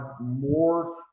more